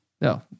No